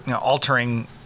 altering